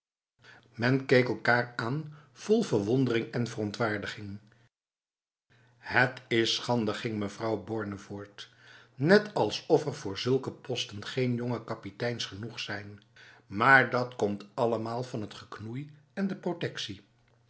men keek elkaar aan vol verwondering en verontwaardigingl het is schande ging mevrouw borne voort net alsof er voor zulke posten geen jonge kapiteins genoeg zijn maar dat komt allemaal van het geknoei en de protectie